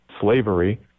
slavery